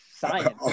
science